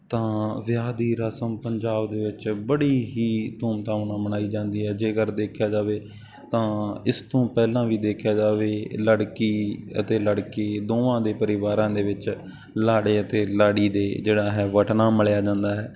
ਤਾਂ ਵਿਆਹ ਦੀ ਰਸਮ ਪੰਜਾਬ ਦੇ ਵਿੱਚ ਬੜੀ ਹੀ ਧੂਮਧਾਮ ਨਾਲ ਮਨਾਈ ਜਾਂਦੀ ਹੈ ਜੇਕਰ ਦੇਖਿਆ ਜਾਵੇ ਤਾਂ ਇਸ ਤੋਂ ਪਹਿਲਾਂ ਵੀ ਦੇਖਿਆ ਜਾਵੇ ਲੜਕੀ ਅਤੇ ਲੜਕੀ ਦੋਵਾਂ ਦੇ ਪਰਿਵਾਰਾਂ ਦੇ ਵਿੱਚ ਲਾੜੇ ਅਤੇ ਲਾੜੀ ਦੇ ਜਿਹੜਾ ਹੈ ਬਟਨਾ ਮਲਿਆ ਜਾਂਦਾ ਹੈ